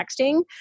texting